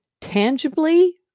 tangibly